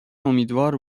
امیدوار